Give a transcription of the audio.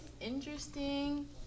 interesting